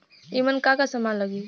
ईमन का का समान लगी?